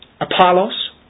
Apollos